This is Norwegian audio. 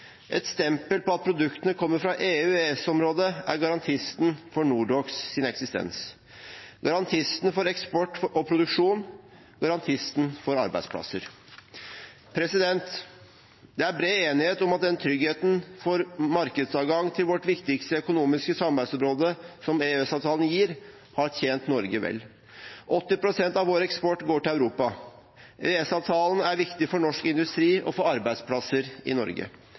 Et stempel på at produktene kommer fra EU/EØS-området, er garantisten for Nordox’ eksistens – garantisten for eksport og produksjon, garantisten for arbeidsplasser. Det er bred enighet om at den tryggheten for markedsadgang til vårt viktigste økonomiske samarbeidsområde som EØS-avtalen gir, har tjent Norge vel. 80 pst. av vår eksport går til Europa, og EØS-avtalen er viktig for norsk industri og for arbeidsplasser i Norge.